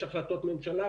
יש החלטות ממשלה,